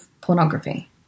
pornography